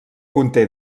conté